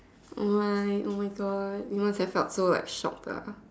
oh my oh my God you must've felt so like shocked ah